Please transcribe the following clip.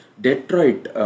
Detroit